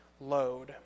load